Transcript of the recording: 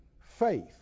faith